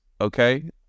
Okay